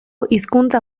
hizkuntza